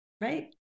Right